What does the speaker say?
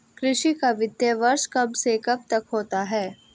कृषि का वित्तीय वर्ष कब से कब तक होता है?